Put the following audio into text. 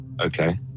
okay